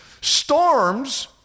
Storms